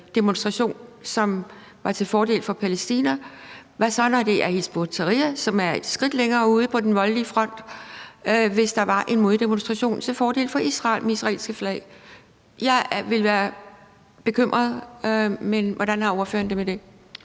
demonstration, som var til fordel for Palæstina? Hvad så, hvis det er Hizb ut-Tahrir, som er et skridt længere ude på den voldelige front, og hvis der er en moddemonstration til fordel for Israel med israelske flag? Jeg ville være bekymret, men hvordan har ordføreren det med det?